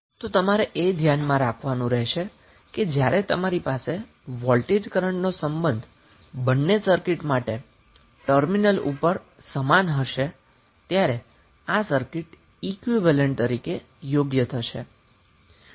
તો તમારે એ ધ્યાનમાં રાખવાનું રહેશે કે જ્યારે તમારી પાસે વોલ્ટેજ કરન્ટનો સંબંધ બંને સર્કિટ માટે ટર્મિનલ ઉપર સમાન હશે ત્યારે આ સર્કિટ ઈક્વીવેલેન્ટ તરીકે યોગ્ય થશે